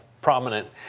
prominent